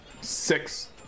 six